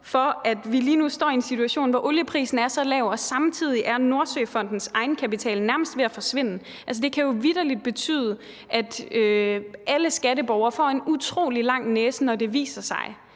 for, at vi lige nu står i en situation, hvor olieprisen er så lav, og samtidig er Nordsøfondens egenkapital nærmest ved at forsvinde. Altså, det kan jo vitterlig betyde, at alle skatteborgere får en utrolig lang næse, når det viser sig,